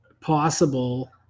possible